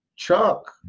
Chuck